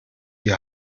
die